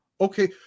Okay